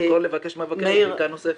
ולשקול לבקש מהמבקר טיוטה נוספת.